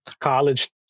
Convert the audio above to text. College